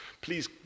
Please